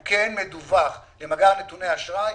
הוא כן מדווח במאגר נתוני האשראי,